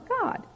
God